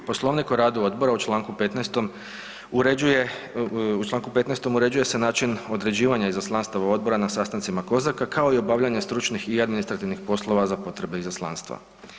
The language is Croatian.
Poslovnik o radu odbora u čl. 15. uređuje, u čl. 15. uređuje se način određivanja izaslanstava odbora na sastancima COSAC-a, kao i obavljanje stručnih i administrativnih poslova za potrebe izaslanstva.